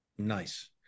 Nice